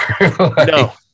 No